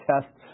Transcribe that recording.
tests